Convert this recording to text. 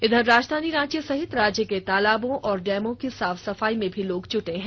इधर राजधानी रांची सहित राज्य के तालाबों और डैमों की साफ सफाई में भी लोग जुटे हैं